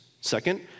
Second